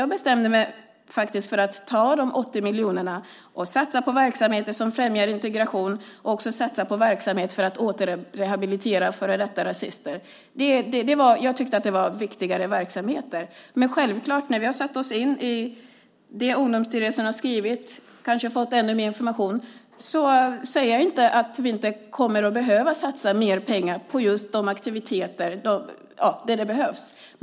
Jag bestämde mig därför faktiskt för att ta de 80 miljonerna och satsa på verksamheter som främjar integration och att satsa på verksamhet för att återrehabilitera före detta rasister. Jag tyckte att det var viktigare verksamheter. Men när vi har satt oss in i det Ungdomsstyrelsen har skrivit, kanske fått ännu mer information, säger jag självklart inte att vi inte kommer att behöva satsa mer pengar just där det behövs.